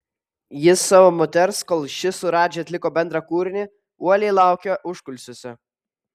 jis savo moters kol ši su radži atliko bendrą kūrinį uoliai laukė užkulisiuose